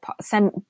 send